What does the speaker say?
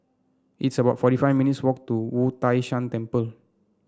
it's about forty five minutes' walk to Wu Tai Shan Temple